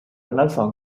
nelson